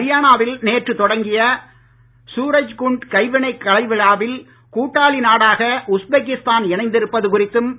ஹரியானாவில் நேற்று தொடங்கிய சூரஜ்குண்ட் கைவினை கலைவிழாவில் கூட்டாளி நாடாக உஸ்பெகிஸ்தான் இணைந்திருப்பது வெளியிட்டுள்ளார்